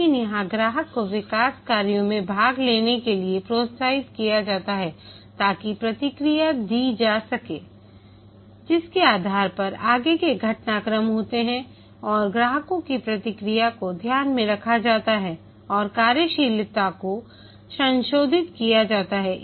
लेकिन यहां ग्राहक को विकास कार्यों में भाग लेने के लिए प्रोत्साहित किया जाता है ताकि प्रतिक्रिया दिया जा सके जिसके आधार पर आगे के घटनाक्रम होते हैं और ग्राहकों की प्रतिक्रिया को ध्यान में रखा जाता है और कार्यशीलता को संशोधित किया जाता है